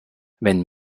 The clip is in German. wenn